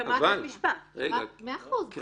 בית המשפט יכול